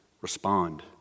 respond